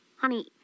Honey